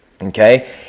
Okay